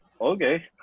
okay